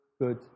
good